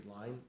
line